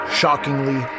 shockingly